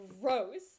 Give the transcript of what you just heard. gross